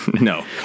No